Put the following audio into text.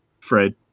Fred